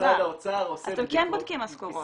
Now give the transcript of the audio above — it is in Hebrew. משרד האוצר עושה בדיקות --- אז אתם כן בודקים משכורות.